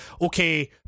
okay